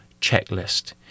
checklist